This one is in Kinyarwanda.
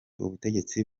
ubutegetsi